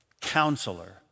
counselor